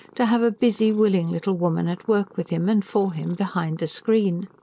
to have a busy, willing little woman at work, with him and for him, behind the screen!